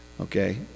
Okay